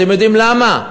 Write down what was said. אתם יודעים למה?